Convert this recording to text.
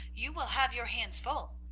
you will have your hands full.